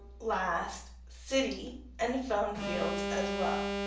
last, city and phone fields as well.